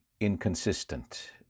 inconsistent